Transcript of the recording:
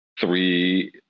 three